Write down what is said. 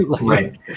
right